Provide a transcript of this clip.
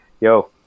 yo